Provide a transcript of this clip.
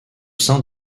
sein